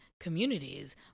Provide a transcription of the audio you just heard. communities